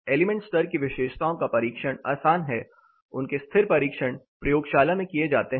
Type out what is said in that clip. element स्तर की विशेषताओं का परीक्षण आसान है उनके स्थिर परीक्षण प्रयोगशाला में किए जाते हैं